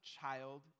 child